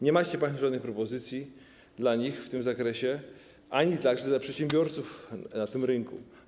Nie macie państwo żadnych propozycji dla nich w tym zakresie ani dla przedsiębiorców na tym rynku.